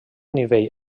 nivell